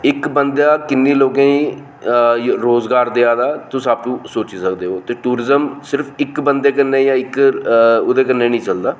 इक बंदा किन्ने लोकें गी रोजगार देआ दा ऐ तुस आपूं सोची सकदे हो टूंरीजम सिर्फ इक बंदे जां इक ओह्दे कन्नै नेईं चलदा